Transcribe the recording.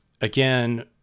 again